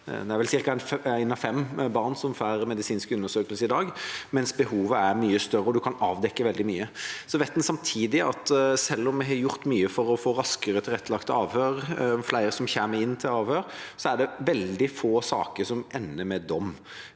det er ca. ett av fem barn som får medisinsk undersøkelse i dag, men behovet er mye større, og en kan avdekke veldig mye. Vi vet samtidig at selv om vi har gjort mye for å få raskere tilrettelagte avhør og det er flere som kommer inn til avhør, er det veldig få saker som ender med dom.